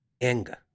Anger